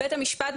בית המשפט,